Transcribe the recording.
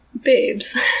babes